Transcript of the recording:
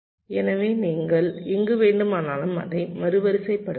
எனவே நீங்கள் எங்கு வேண்டுமானாலும் அதை மறுவரிசைப்படுத்தலாம்